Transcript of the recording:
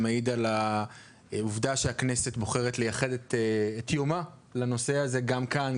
זה מעיד על העובדה שהכנסת בוחרת לייחד את יומה לנושא הזה גם כאן,